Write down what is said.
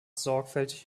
sorgfältig